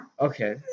Okay